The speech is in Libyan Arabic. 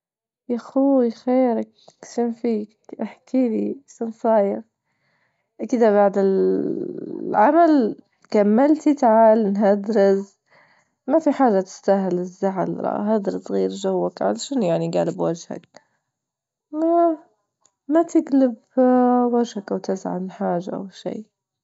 إن نستنى تلات ساعات يعني فرصة- فرصة كويسة نسمع شوية أغاني، نسمع بودكاست، ولا نجرا شي، ولو ما في حاجة نجعد نشبح في الناس يعني ونفكر في حياتهم، وممكن نشوف فيلم، نتابع، نحضر، نشوف أي حاجة عادي.